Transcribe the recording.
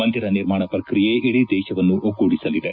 ಮಂದಿರ ನಿರ್ಮಾಣ ಪ್ರಕ್ರಿಯೆ ಇಡೀ ದೇಶವನ್ನು ಒಗ್ಗೂಡಿಸಲಿದೆ